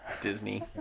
Disney